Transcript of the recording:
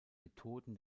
methoden